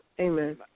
Amen